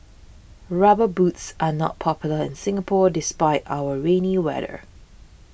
rubber boots are not popular in Singapore despite our rainy weather